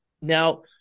Now